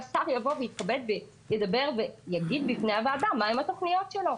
שהשר יבוא ויגיד בפני הוועדה מהן התוכניות שלו,